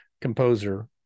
composer